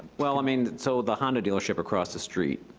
well, i mean, so the honda dealership across the street,